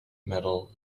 metal